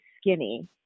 skinny